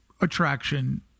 attraction